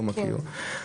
לא מכיר.